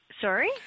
Sorry